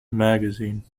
magazine